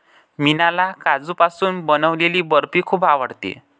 मीनाला काजूपासून बनवलेली बर्फी खूप आवडते